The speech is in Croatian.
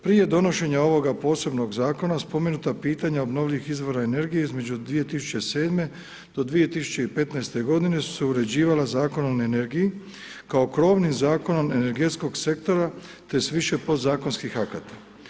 Prije donošenja ovoga posebnog zakona spomenuta pitanja obnovljivih izvora energije između 2007. do 2015. godine su se uređivala Zakonom o energiji kao krovnim zakonom energetskog sektora te s više podzakonskih akata.